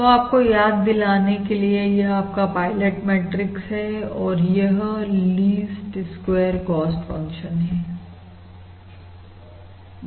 तो यह आपको याद दिलाने के लिए यह आपका पायलट मैट्रिक्स है और यह लीस्ट स्क्वेयर कॉस्ट फंक्शन है